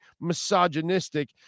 misogynistic